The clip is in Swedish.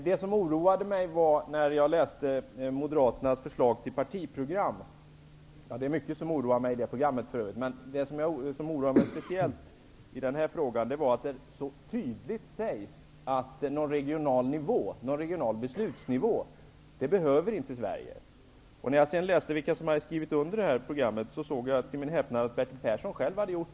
Det som oroade mig när jag läste Moderaternas förslag till partiprogram -- för övrigt är det mycket som oroar mig i det programmet -- var att det så tydligt sägs att Sverige inte behöver någon regional beslutsnivå. Till min häpnad såg jag sedan att Bertil Persson själv har varit med och skrivit under detta program.